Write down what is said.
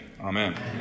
Amen